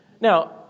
Now